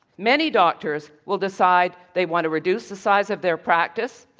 many doctors will decide they want to reduce the size of their practice,